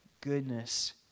goodness